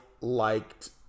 liked